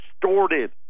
distorted